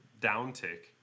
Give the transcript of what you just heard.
downtick